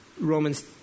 Romans